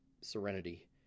serenity